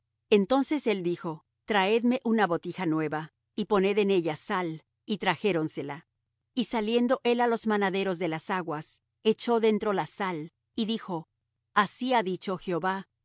entonces él dijo traedme una botija nueva y poned en ella sal y trajéronsela y saliendo él á los manaderos de las aguas echó dentro la sal y dijo así ha dicho jehová